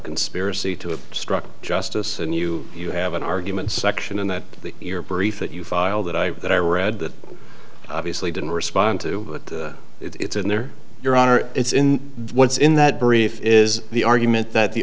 conspiracy to obstruct justice and you have an argument section in that your brief that you filed that i that i read that obviously didn't respond to it it's in there your honor it's in what's in that brief is the argument that the